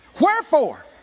Wherefore